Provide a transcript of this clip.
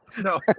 No